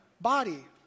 body